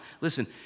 listen